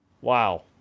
Wow